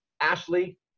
Ashley